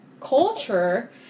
culture